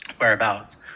whereabouts